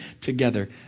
together